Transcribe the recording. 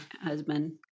husband